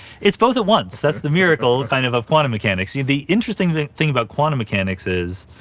it's both at once. that's the miracle kind of of quantum mechanics. the the interesting thing thing about quantum mechanics is,